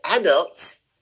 adults